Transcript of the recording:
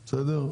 בסדר?